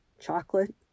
chocolate